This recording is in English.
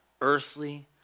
earthly